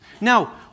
Now